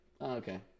okay